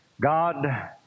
God